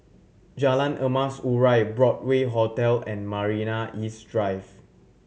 Jalan Emas Urai Broadway Hotel and Marina East Drive